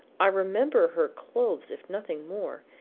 i remember her clothes if nothing more.